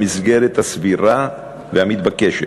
במסגרת הסבירה והמתבקשת,